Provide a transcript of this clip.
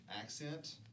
accent